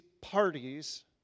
parties